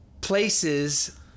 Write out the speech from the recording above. places